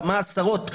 כמה עשרות,